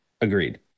Agreed